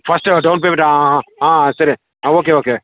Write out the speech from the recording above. first down payment ಹಾಂ ಹಾಂ ಹಾಂ ಸರಿ ಹಾಂ ಓಕೆ ಓಕೆ